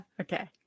okay